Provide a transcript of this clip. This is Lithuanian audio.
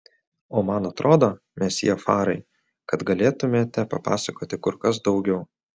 o man atrodo mesjė farai kad galėtumėte papasakoti kur kas daugiau